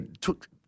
took